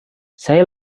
saya